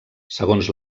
segons